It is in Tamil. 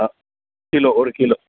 ஆ கிலோ ஒரு கிலோ